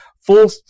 full